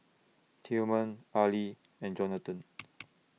Tilman Ali and Jonathon